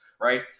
Right